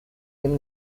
dem